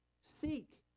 Seek